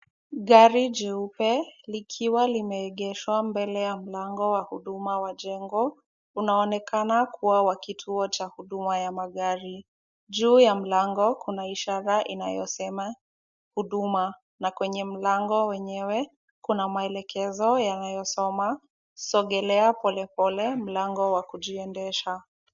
Gari jeupe likiwa limeegeshwa mbele ya mlango wa huduma wa jengo, unaonekana kuwa wa kituo cha huduma ya magari. Juu ya mlango kuna ishara inayosema huduma na kwenye mlango wenyewe kuna maelekezo yanayosoma, songelea polepole mlango wa kujiendesha.